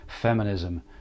feminism